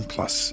Plus